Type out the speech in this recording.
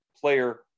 player